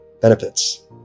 benefits